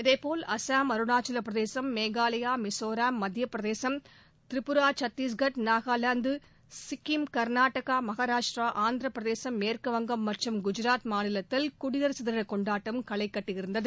இதேபோல அஸ்ஸாம் அருணாச்சலப்பிரதேசம் மேகாலயா மிசோரம் மத்தியப்பிரதேசம் திரிபுரா சத்தீஸ்கர் நாகாலாந்து சிக்கிம் கர்நாடன மகாராஷ்டிரா ஆந்திரப்பிரதேசம் மேற்குவங்கம் மற்றும் குஜராத் மாநிலத்தில் குடியரசு தின கொண்டாட்டம் களைகட்டியிருந்தது